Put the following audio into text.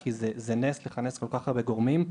כי זה נס לכנס כל כך הרבה גורמים,